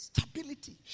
Stability